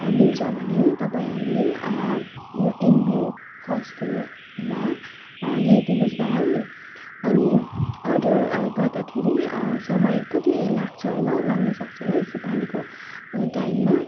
मिल्छ भने तपाईँहरूले यो एनबियू होस्टेलमा ल्याइदिनु होस् न है अनि अर्डर गर्दाखेरि समय कति लाग्छ होला लाग्नसक्छ होला यसो पानीको टाइममा